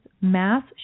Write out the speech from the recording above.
mass